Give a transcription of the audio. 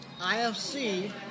IFC